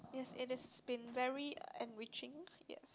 yes it has been very enriching yes